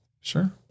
Sure